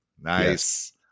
Nice